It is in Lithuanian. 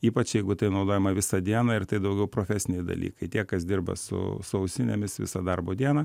ypač jeigu tai naudojama visą dieną ir tai daugiau profesiniai dalykai tie kas dirba su su ausinėmis visą darbo dieną